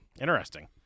Interesting